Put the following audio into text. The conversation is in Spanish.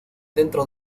dentro